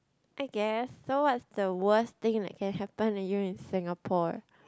I guess so what's the worst thing that can happen to you in Singapore